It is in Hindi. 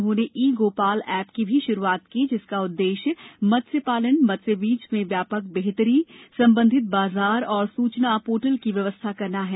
उन्होंने ई गोपाल ऐप की भी शुरूआत की जिसका उद्देश्य मत्स्य पालन मत्स्य बीज में व्यापक बेहतरी संबंधित बाजार और सूचना पोर्टल की व्यवस्था करना है